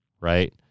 Right